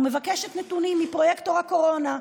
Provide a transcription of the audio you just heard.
ומבקשת נתונים מפרויקטור הקורונה,